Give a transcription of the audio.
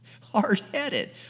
hard-headed